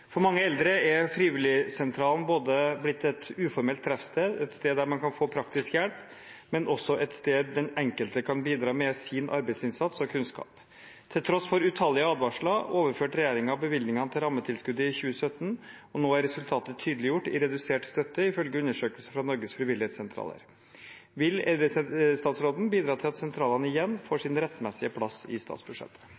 mange eldre er frivilligsentralen både blitt et uformelt treffsted, et sted der en kan få praktisk hjelp, men også et sted den enkelte kan bidra med sin arbeidsinnsats og kunnskap. Til tross for utallige advarsler overførte regjeringen bevilgningene til rammetilskuddet i 2017, og nå er resultatet tydeliggjort i redusert støtte, ifølge undersøkelser fra Norges Frivilligsentraler. Vil statsråden bidra til at sentralene igjen får